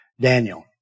Daniel